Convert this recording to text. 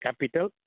capital